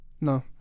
No